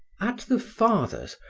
at the fathers,